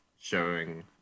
showing